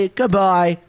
goodbye